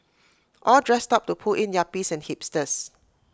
all dressed up to pull in yuppies and hipsters